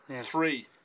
Three